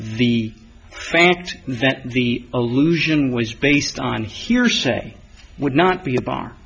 the fact that the allusion was based on hearsay would not be a bar